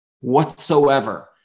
whatsoever